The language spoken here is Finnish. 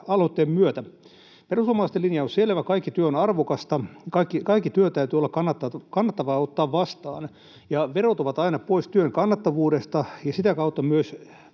aloitteen myötä. Perussuomalaisten linja on selvä: kaikki työ on arvokasta, kaikki työ täytyy olla kannattavaa ottaa vastaan, ja verot ovat aina pois työn kannattavuudesta ja sitä kautta myös